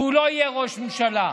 והוא לא יהיה ראש ממשלה.